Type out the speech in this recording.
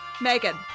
Megan